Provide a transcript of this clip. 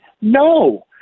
No